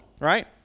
right